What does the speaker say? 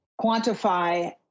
quantify